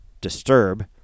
disturb